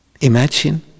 imagine